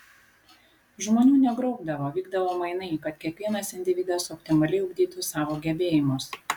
žmonių negrobdavo vykdavo mainai kad kiekvienas individas optimaliai ugdytų savo gebėjimus